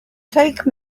take